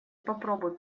попробуй